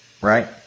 right